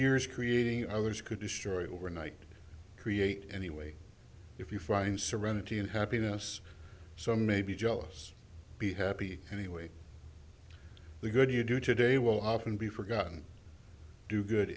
years creating others could destroy overnight create anyway if you find serenity and happiness some may be jealous be happy anyway the good you do today will often be forgotten do good